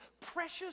precious